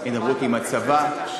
הידברות עם הצבא,